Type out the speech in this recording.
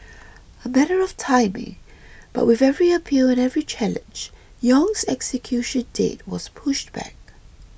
a matter of timing but with every appeal and every challenge Yong's execution date was pushed back